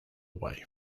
way